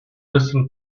listen